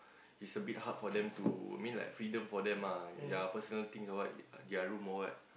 is a bit hard for them to I mean like freedom for them ah ya personal thing or what their room or what